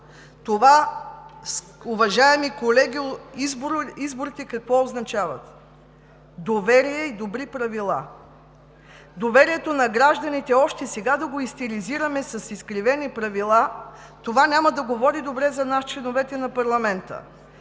това. Уважаеми колеги, изборите какво означават? Доверие и добри правила. Доверието на гражданите още сега да го истеризираме с изкривени правила, това няма да говори добре за нас – членовете на парламента.